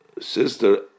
sister